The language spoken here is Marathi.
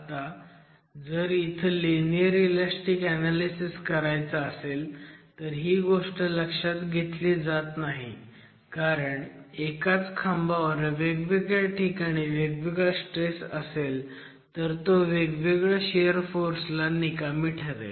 आता जर इथं लिनियर इलॅस्टीक ऍनॅलिसिस करायचं असेल तर ही गोष्ट लक्षात घेतली जात नाही कारण एकाच खांबावर वेगवेगळ्या ठिकाणी वेगवेगळा स्ट्रेस असेल तर तो वेगवेगळ्या शियर फोर्स ला निकामी ठरेल